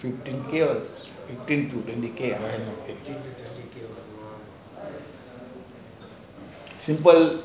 two K ten to twenty K ah or err simple